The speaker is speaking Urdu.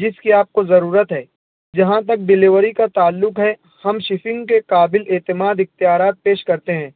جس کی آپ کو ضرورت ہے جہاں تک ڈیلیوری کا تعلق ہے ہم شپنگ کے قابل اعتماد اختیارات پیش کرتے ہیں